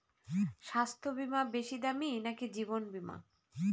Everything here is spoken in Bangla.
স্বাস্থ্য বীমা বেশী দামী নাকি জীবন বীমা?